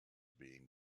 being